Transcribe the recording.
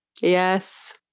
Yes